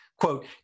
Quote